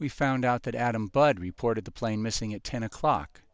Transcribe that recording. we found out that adam bud reported the plane missing at ten o'clock